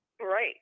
right